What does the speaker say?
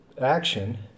action